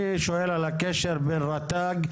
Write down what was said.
אני שואל על הקשר בין רט"ג,